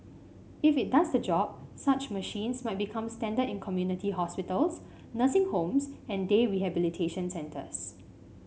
if it does the job such machines might become standard in community hospitals nursing homes and day rehabilitation centres